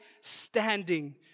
standing